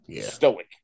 stoic